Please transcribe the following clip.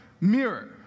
mirror